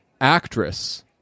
actress